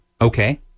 Okay